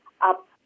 up